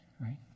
right